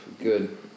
good